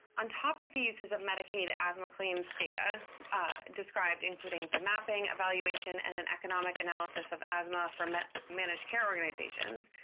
on top of the uses of medicaid asthma claims data described, including the mapping, evaluation, and an economic analysis of asthma from managed care organizations,